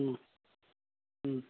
ও ও